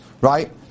right